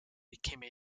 became